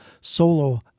solo